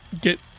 get